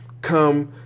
come